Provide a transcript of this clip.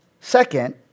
second